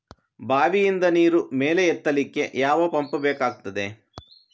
ಬಾವಿಯಿಂದ ನೀರು ಮೇಲೆ ಎತ್ತಲಿಕ್ಕೆ ಯಾವ ಪಂಪ್ ಬೇಕಗ್ತಾದೆ?